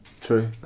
True